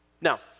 Now